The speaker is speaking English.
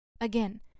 Again